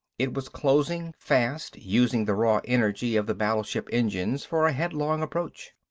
it was closing fast, using the raw energy of the battleship engines for a headlong approach.